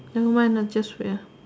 never mine lah just wait ah